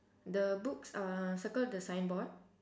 the books uh circle the signboard